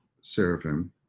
Seraphim